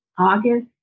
august